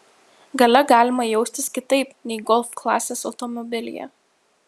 gale galima jaustis kitaip nei golf klasės automobilyje